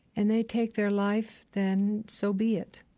and they take their life, then so be it.